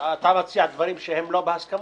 אז אתה מציע דברים שהם לא בהסכמות.